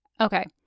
Okay